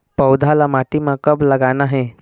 पौधा ला माटी म कब लगाना हे?